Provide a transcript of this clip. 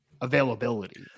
availability